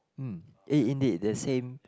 hm eh indeed the same